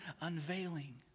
unveiling